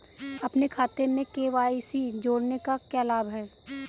अपने खाते में के.वाई.सी जोड़ने का क्या लाभ है?